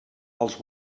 als